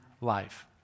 life